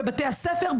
בבתי-הספר,